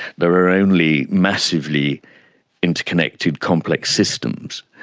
there are only massively interconnected complex systems.